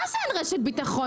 מה זה אין רשת ביטחון?